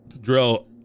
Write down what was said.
Drill